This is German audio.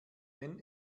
denn